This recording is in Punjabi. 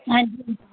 ਹਾਂਜੀ